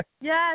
Yes